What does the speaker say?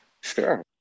Sure